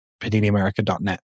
padiniamerica.net